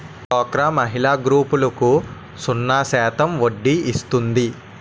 డోక్రా మహిళల గ్రూపులకు సున్నా శాతం వడ్డీ ఇస్తుంది